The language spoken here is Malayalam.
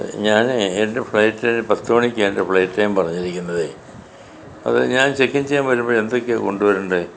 ഞാനെ എൻ്റെ ഫ്ളൈറ്റ് പത്ത് മണിക്കാണ് എൻ്റെ ഫ്ളൈറ്റ് ഞാൻ പറഞ്ഞിരിക്കുന്നതെ അത് ഞാൻ ചെക്ക് ഇൻ ചെയ്യാൻ വരുമ്പം എന്തൊക്കെയാ കൊണ്ടുവരണ്ടെ